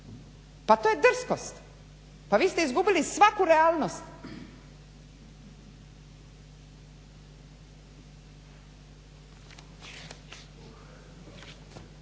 Pa to je drskost, pa vi ste izgubili svaku realnost.